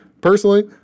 personally